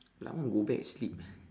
like I want to go back sleep